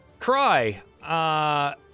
Cry